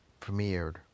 premiered